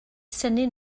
synnu